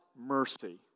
mercy